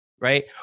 right